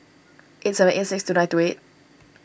eight seven eight six two nine two eight